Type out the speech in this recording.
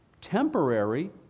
temporary